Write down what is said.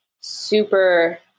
Super